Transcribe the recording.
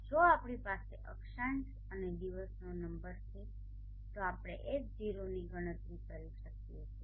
જો આપણી પાસે અક્ષાંશ અને દિવસનો નંબર છે તો આપણે Hoની ગણતરી કરી શકીએ છીએ